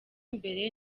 imbere